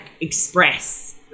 express